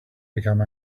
become